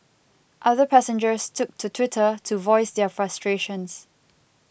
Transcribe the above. other passengers took to Twitter to voice their frustrations